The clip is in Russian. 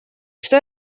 что